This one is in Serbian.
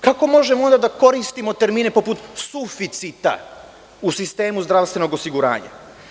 Kako možemo onda da koristimo terminu poput suficita u sistemu zdravstvenog osiguranja?